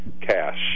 cash